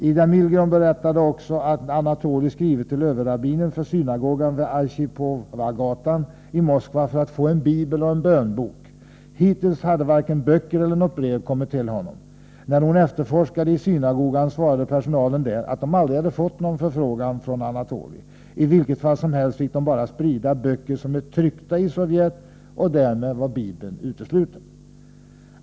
Ida Milgrom berättade också att Anatoly skrivit till överrabbinen för synagogan vid Arkhipovgatan i Moskva för att få en bibel och en bönbok. Hittills hade varken böcker eller något brev kommit till honom. När hon efterforskade i synagogan svarade personalen där att de aldrig fått någon förfrågan från Anatoly. I vilket fall som helst fick de bara sprida böcker som är tryckta i Sovjet och därmed var bibeln utesluten.